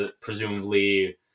presumably